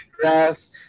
grass